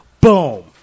boom